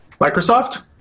Microsoft